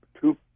two